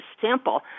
sample